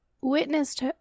witnessed